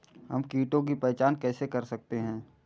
हम कीटों की पहचान कैसे कर सकते हैं?